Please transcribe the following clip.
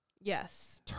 Yes